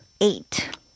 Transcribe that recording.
eight